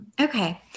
Okay